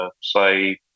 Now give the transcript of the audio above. say